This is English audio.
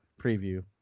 preview